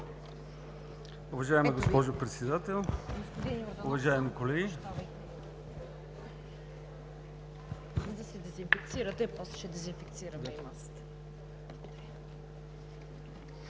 Уважаема госпожо Председател, уважаеми колеги!